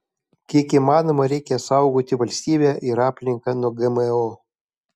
kiek įmanoma reikia saugoti valstybę ir aplinką nuo gmo